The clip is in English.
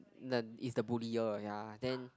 the is the bullier ya then